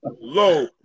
low